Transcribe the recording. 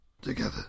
together